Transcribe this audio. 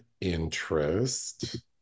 interest